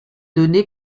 donné